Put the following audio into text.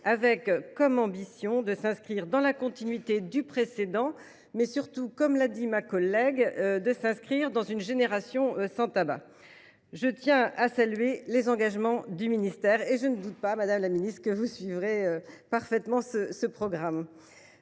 avec pour ambition de s’inscrire dans la continuité du précédent et, surtout, de susciter une génération sans tabac. Je tiens à saluer ces engagements du ministère, et je ne doute pas, madame la ministre, que vous suivrez parfaitement ce programme.